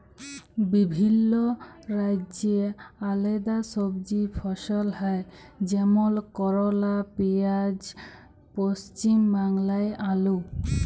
বিভিল্য রাজ্যে আলেদা সবজি ফসল হ্যয় যেমল করলা, পিয়াঁজ, পশ্চিম বাংলায় আলু